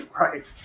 right